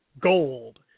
gold